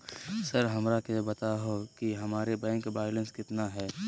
Sir हमरा के बताओ कि हमारे बैंक बैलेंस कितना है?